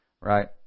Right